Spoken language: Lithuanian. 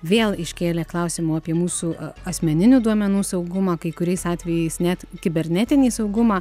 vėl iškėlė klausimų apie mūsų asmeninių duomenų saugumą kai kuriais atvejais net kibernetinį saugumą